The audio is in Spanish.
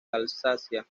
alsacia